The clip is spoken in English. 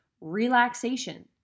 relaxation